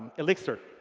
elixir.